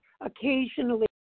occasionally